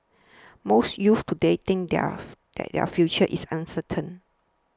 most youths today think their that their future is uncertain